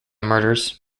murders